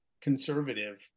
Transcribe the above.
conservative